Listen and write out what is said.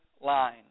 line